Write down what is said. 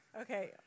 Okay